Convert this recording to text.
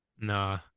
Nah